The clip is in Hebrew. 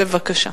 בבקשה.